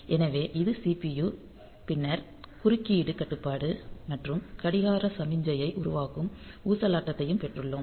எனவே இது CPU பின்னர் குறுக்கீடு கட்டுப்பாடு மற்றும் கடிகார சமிக்ஞையை உருவாக்கும் ஊசலாட்டத்தையும் பெற்றுள்ளோம்